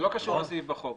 זה לא קשור לסעיף בחוק.